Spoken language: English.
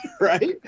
right